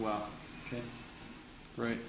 well right